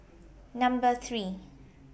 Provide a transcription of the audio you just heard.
Number three